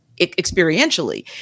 experientially